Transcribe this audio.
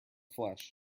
flesh